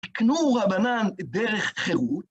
תקנו רבנן דרך חירות.